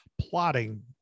plotting